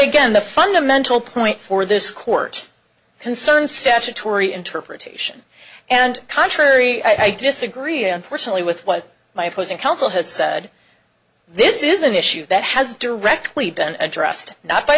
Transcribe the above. again the fundamental point for this court concern statutory interpretation and contrary i disagree unfortunately with what life was and counsel has said this is an issue that has directly been addressed not by